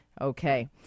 Okay